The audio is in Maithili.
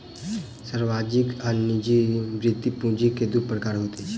सार्वजनिक आ निजी वृति पूंजी के दू प्रकार होइत अछि